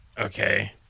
Okay